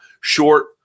short